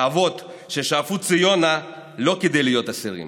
האבות ששאפו ציונה לא כדי להיות אסירים